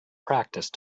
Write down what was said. practice